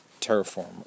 terraform